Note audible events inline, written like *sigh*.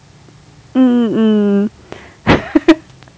mm mm *laughs*